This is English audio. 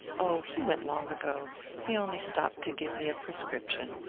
oh, he went long ago he on'y stopped to give me a prescription.